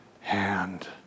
hand